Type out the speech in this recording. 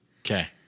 Okay